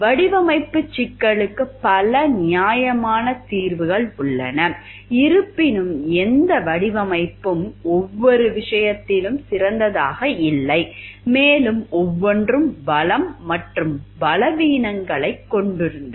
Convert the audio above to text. வடிவமைப்பு சிக்கலுக்கு பல நியாயமான தீர்வுகள் உள்ளன இருப்பினும் எந்த வடிவமைப்பும் ஒவ்வொரு விஷயத்திலும் சிறந்ததாக இல்லை மேலும் ஒவ்வொன்றும் பலம் மற்றும் பலவீனங்களைக் கொண்டிருந்தன